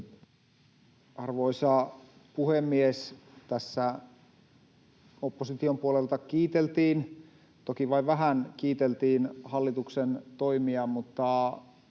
Arvoisa puhemies! Tässä opposition puolelta kiiteltiin, toki vain vähän kiiteltiin, hallituksen toimia, mutta